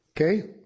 Okay